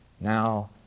now